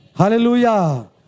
Hallelujah